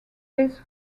this